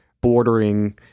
Bordering